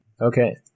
Okay